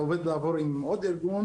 אני עובר לעבוד עם עוד ארגון